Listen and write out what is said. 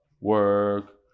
work